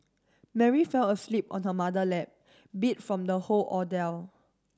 Mary fell asleep on her mother lap beat from the whole